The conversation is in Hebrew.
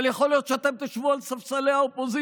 אבל יכול להיות שאתם תשבו על ספסלי האופוזיציה,